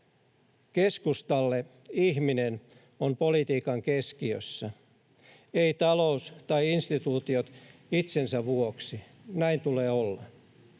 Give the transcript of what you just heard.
Keskustalle ihminen on politiikan keskiössä, ei talous tai instituutiot itsensä vuoksi. Näin tulee olla.